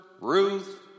Ruth